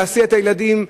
להסיע את הילדים לגני-ילדים,